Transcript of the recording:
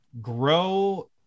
grow